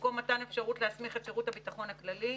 במקום "מתן אפשרות להסמיך את שירות הביטחון הכללי",